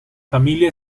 familia